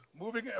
moving